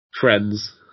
friends